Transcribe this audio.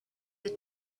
the